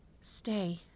Stay